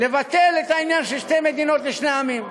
לבטל את העניין של שתי מדינות לשני עמים,